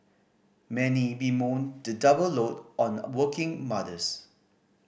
many bemoan the double load on working mothers